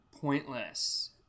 pointless